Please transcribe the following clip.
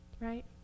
Right